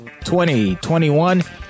2021